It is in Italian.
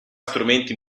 strumenti